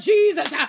Jesus